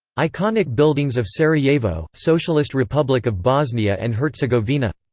iconic buildings of sarajevo, socialist republic of bosnia and herzegovina